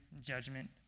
judgment